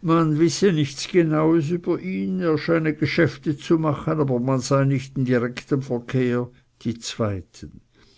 man wisse nichts genaues über ihn er scheine geschäfte zu machen aber man sei nicht in direktem verkehr die zweiten